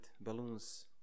balloons